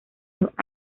los